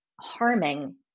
harming